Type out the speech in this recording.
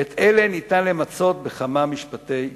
ואת אלה ניתן למצות בכמה משפטי יסוד: